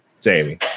Jamie